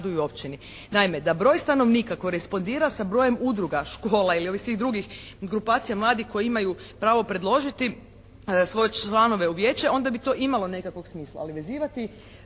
Naime, da broj stanovnika korespondira sa brojem udruga, škola ili ovih svih drugih grupacija mladih koji imaju pravo predložiti svoje članove u vijeće onda bi to imalo nekakvog smisla. Ali vezivati